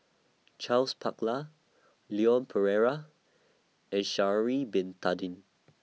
Charles Paglar Leon Perera and Sha'Ari Bin Tadin